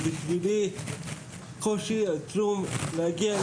ובשבילי קושי עצום להגיע,